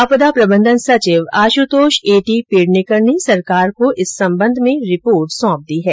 आपदा प्रबंधन सचिव आशुतोष एटी पेडणेकर ने सरकार को इस संबंध में रिपोर्ट सौंप दी है